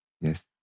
Yes